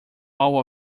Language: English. all